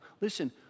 Listen